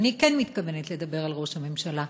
אני כן מתכוונת לדבר על ראש הממשלה.